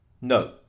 No